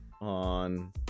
on